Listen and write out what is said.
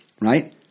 right